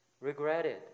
regretted